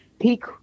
peak